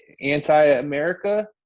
anti-america